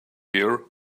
here